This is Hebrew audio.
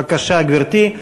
בבקשה, גברתי.